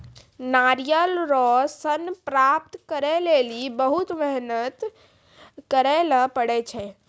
नारियल रो सन प्राप्त करै लेली बहुत मेहनत करै ले पड़ै छै